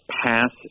pass